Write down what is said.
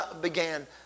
began